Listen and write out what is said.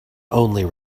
only